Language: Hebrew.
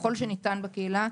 "ככל שניתן בקהילה",